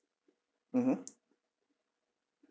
mmhmm